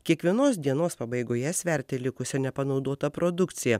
kiekvienos dienos pabaigoje sverti likusia nepanaudota produkcija